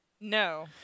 No